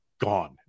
gone